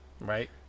right